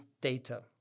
data